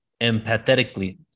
empathetically